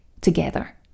together